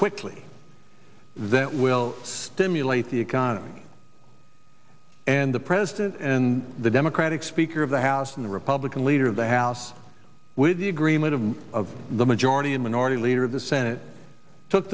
quickly that will stimulate the economy and the president and the democratic speaker of the house and the republican leader of the house with the agreement of of the majority and minority leader of the senate took